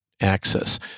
access